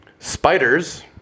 Spiders